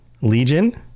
Legion